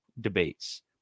debates